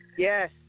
Yes